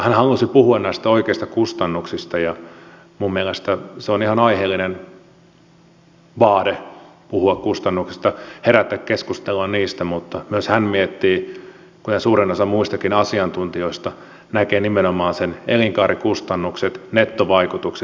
hän halusi puhua näistä oikeista kustannuksista ja minun mielestäni se on ihan aiheellinen vaade puhua kustannuksista herättää keskustelua niistä mutta myös hän kuten suurin osa muistakin asiantuntijoista näkee nimenomaan ne elinkaarikustannukset nettovaikutukset